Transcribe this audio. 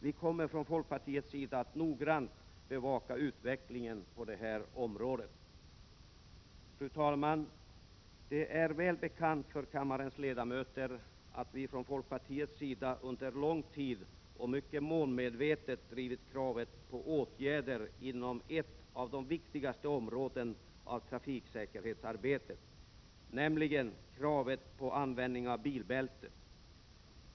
Vi kommer från folkpartiets sida att noggrant bevaka utvecklingen på detta område. Fru talman! Det är väl bekant för kammarens ledamöter att vi från folkpartiets sida under lång tid och mycket målmedvetet drivit kravet på åtgärder inom ett av de viktigaste områdena av trafiksäkerhetsarbetet, nämligen kravet på användning av bilbälte.